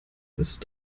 ist